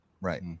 right